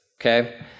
okay